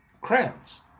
crowns